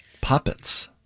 puppets